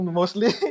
mostly